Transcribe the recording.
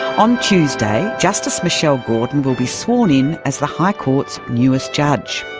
on tuesday, justice michelle gordon will be sworn in as the high court's newest judge.